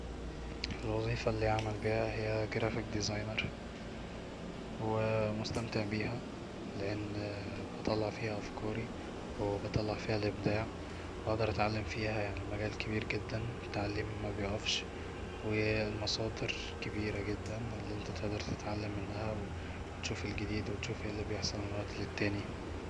الوظيفة اللي اعمل بيها هي جرافيك ديزاينر ومستمتع بيها لان بطلع فيها أفكاري ويطلع فيها الابداع واقدر اتعلم فيها يعني المجال كبير جدا وتعليم مبيقفش والمصادر كبيرة جدا اللي انت تقدر تتعلم منها وتشوف الجديد وتشوف اي اللي بيحصل من وقت للتاني